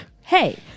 hey